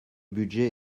budget